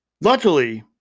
luckily